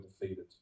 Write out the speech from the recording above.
defeated